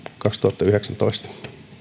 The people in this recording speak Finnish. kaksituhattayhdeksäntoista